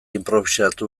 inprobisatu